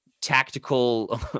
tactical